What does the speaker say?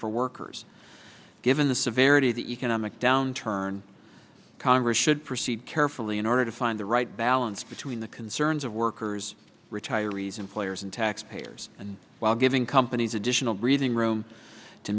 for workers given the severity of the economic downturn congress should proceed carefully in order to find the right balance between the concerns of workers retirees employers and taxpayers and while giving companies additional breathing room to